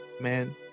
man